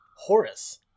Horace